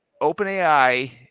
OpenAI